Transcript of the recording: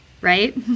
right